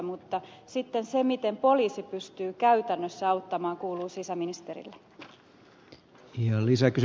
mutta sitten se miten poliisi pystyy käytännössä auttamaan kuuluu sisäministerille